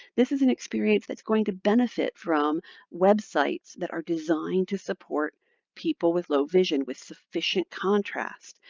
this is an experience that's going to benefit from websites that are designed to support people with low vision with sufficient contrast.